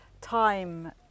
time